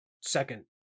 Second